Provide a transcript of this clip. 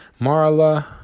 Marla